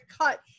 cut